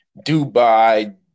Dubai